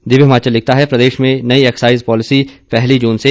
दिव्य हिमाचल लिखता है प्रदेश में नई एक्साइज पॉलिसी पहली जून से